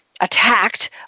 attacked